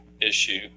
issue